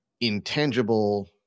intangible